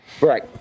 Right